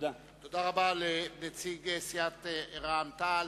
תודה רבה לנציג סיעת רע"ם-תע"ל,